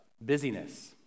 busyness